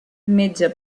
metge